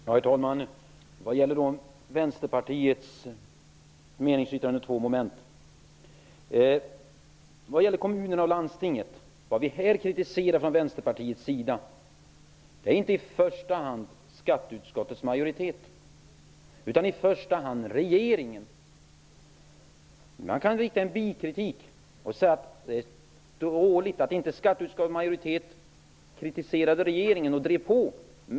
Herr talman! Vänsterpartiet har meningsyttringar under två moment. När det gäller kommuner och landsting kritiserar inte vi i Vänsterpartiet i första hand skatteutskottets majoritet utan regeringen. Vi kan rikta en viss kritik mot utskottsmajoriteten och säga att det är dåligt att skatteutskottets majoritet inte kritiserade regeringen och drev på.